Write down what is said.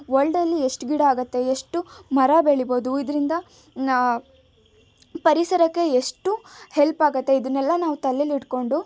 ವರ್ಲ್ಡಲ್ಲಿ ಎಷ್ಟು ಗಿಡ ಆಗುತ್ತೆ ಎಷ್ಟು ಮರ ಬೆಳಿಬೋದು ಇದರಿಂದ ಪರಿಸರಕ್ಕೆ ಎಷ್ಟು ಹೆಲ್ಪಾಗತ್ತೆ ಇದನ್ನೆಲ್ಲ ನಾವು ತಲೆಯಲ್ಲಿ ಇಟ್ಟ್ಕೊಂಡು